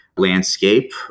landscape